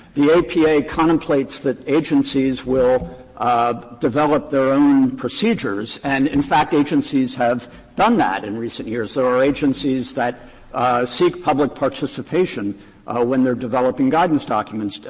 the apa contemplates that agencies will develop their own procedures. and, in fact, agencies have done that in recent years. there are agencies that seek public participation participation when they're developing guidance documents,